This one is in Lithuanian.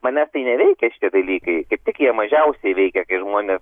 manęs tai neveikia šitie dalykai kaip tik jie mažiausiai veikia kai žmonės